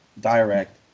direct